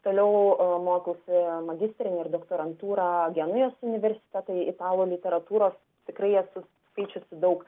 toliau mokausi magistrinį ir doktorantūrą genujos universitete italų literatūros tikrai esu skaičiusi daug